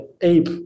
ape